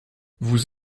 vous